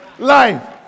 life